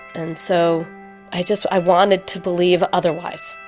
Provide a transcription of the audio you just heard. and so i just i wanted to believe otherwise.